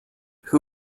who